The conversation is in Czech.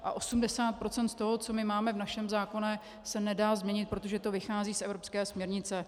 A 80 % z toho, co máme v našem zákoně, se nedá změnit, protože to vychází z evropské směrnice.